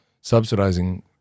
subsidizing